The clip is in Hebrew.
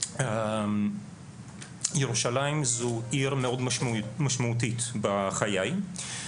ירושלים זו עיר מאוד משמעותית בחיי.